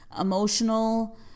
emotional